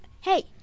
hey